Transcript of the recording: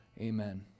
Amen